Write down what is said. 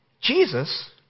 Jesus